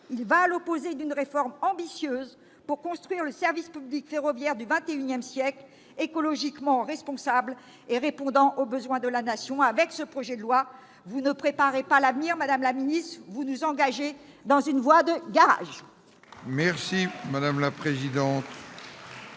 Il va à l'opposé d'une réforme ambitieuse pour construire le service public ferroviaire du XXI siècle, écologiquement responsable et répondant aux besoins de la Nation. Avec ce texte, vous ne préparez pas l'avenir, madame la ministre, vous nous engagez dans une voie de garage.